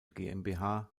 gmbh